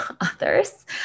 others